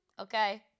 Okay